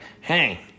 Hey